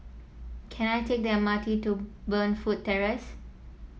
can I take the M R T to Burnfoot Terrace